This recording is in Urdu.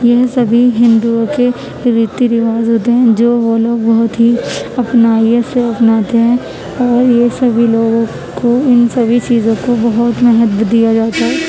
یہ سبھی ہندوؤں کے ریتی رواج ہوتے ہیں جو وہ لوگ بہت ہی اپنائیت سے اپناتے ہیں اور یہ سبھی لوگوں کو ان سبھی چیزوں کو بہت مہتو دیا جاتا ہے